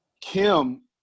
Kim